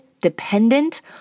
dependent